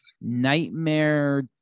Nightmare